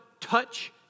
touch